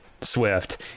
swift